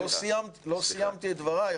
לא סיימתי את דבריי.